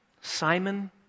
Simon